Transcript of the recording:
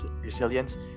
resilience